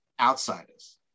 outsiders